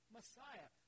Messiah